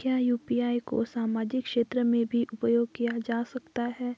क्या यु.पी.आई को सामाजिक क्षेत्र में भी उपयोग किया जा सकता है